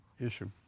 issue